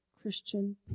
Christian